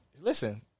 Listen